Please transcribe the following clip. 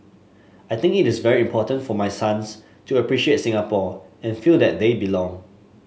I think it is very important for my sons to appreciate Singapore and feel that they belong